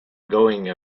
going